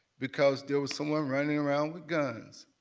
because there was someone running around with guns.